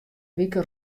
wike